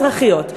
אזרחיות.